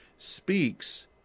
speaks